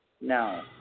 No